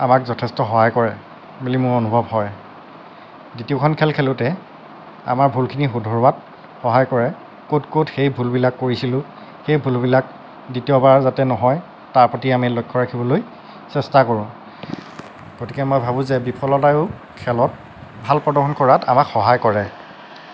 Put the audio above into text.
আমাক যথেষ্ট সহায় কৰে বুলি মোৰ অনুভৱ হয় দ্বিতীয়খন খেল খেলোতে আমাৰ ভুলখিনি শুধৰোৱাত সহায় কৰে ক'ত ক'ত সেই ভুলবিলাক কৰিছিলোঁ সেই ভুলবিলাক দ্বিতীয় বাৰ যাতে নহয় তাৰ প্ৰতি আমি লক্ষ্য ৰাখিবলৈ চেষ্টা কৰোঁ গতিকে মই ভাবোঁ যে বিফলতায়ো খেলত ভাল প্ৰদৰ্শন কৰাত আমাক সহায় কৰে